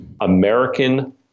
American